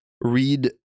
read